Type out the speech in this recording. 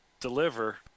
deliver